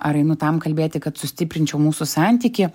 ar einu tam kalbėti kad sustiprinčiau mūsų santykį